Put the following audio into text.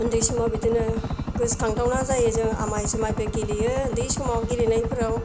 उन्दै समाव बिदिनो गोसोखांथावना जायो जों आमाइ जुमाइबो गेलेयो उन्दै समाव गेलेनायफोराव